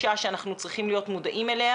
אנחנו מחויבים פה לבני ובנות